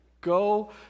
go